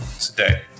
today